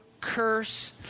curse